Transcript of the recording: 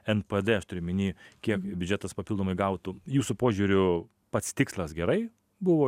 npd aš turiu omeny kiek biudžetas papildomai gautų jūsų požiūriu pats tikslas gerai buvo